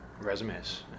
resumes